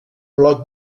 bloc